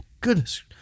goodness